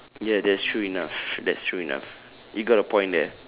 ya that's true enough that's true enough you got a point there